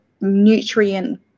nutrient